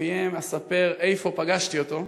שלפיהם אספר איפה פגשתי אותו,